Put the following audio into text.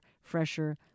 fresher